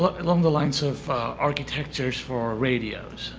along the lines of architectures for radios,